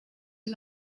are